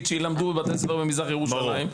שיילמדו בבתי ספר במזרח ירושלים.